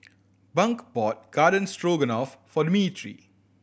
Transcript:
Bunk bought Garden Stroganoff for Dimitri